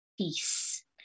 peace